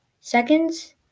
seconds